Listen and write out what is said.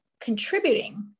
contributing